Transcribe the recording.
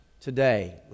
today